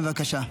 בבקשה.